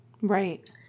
Right